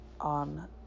on